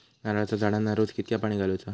नारळाचा झाडांना रोज कितक्या पाणी घालुचा?